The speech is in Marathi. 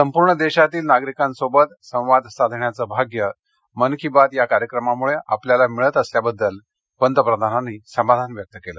संपूर्ण देशातील नागरिकांशी संवाद साधण्याचं भाग्य मन की बात या कार्यक्रमामुळे आपल्याला मिळत असल्याबद्दल पंतप्रधान नरेंद्र मोदी यांनी समाधान व्यक्त केलं